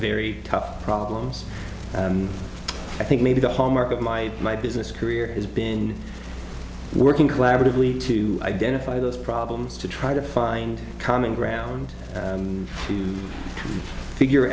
very tough problems i think maybe the hallmark of my my business career has been working collaboratively to identify those problems to try to find common ground and to figure